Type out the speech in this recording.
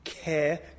care